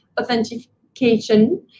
authentication